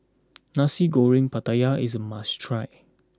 Nasi Goreng Pattaya is a must try